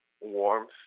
warmth